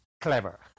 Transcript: Clever